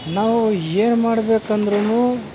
ನಾವು ಏನು ಮಾಡಬೇಕಂದ್ರು